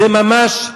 זה ממש,